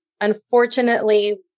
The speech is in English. unfortunately